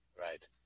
Right